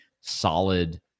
solid